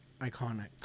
Iconic